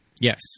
Yes